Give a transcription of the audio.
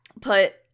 put